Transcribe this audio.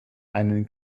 einen